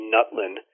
Nutlin